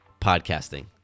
podcasting